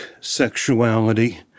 sexuality